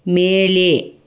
மேலே